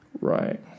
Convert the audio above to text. Right